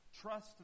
Trust